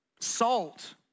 Salt